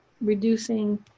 reducing